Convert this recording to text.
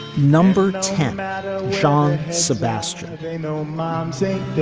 number ten um and john sebastian no mom st.